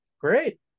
great